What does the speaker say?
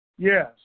Yes